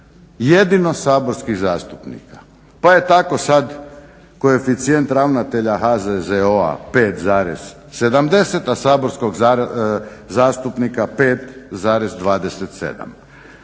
jedino saborskih zastupnika. Pa je tako sada koeficijent ravnatelja HZZO-a 5,70 a saborskog zastupnika 5,27.